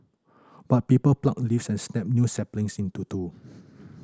but people pluck leaves and snap new saplings into two